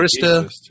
Krista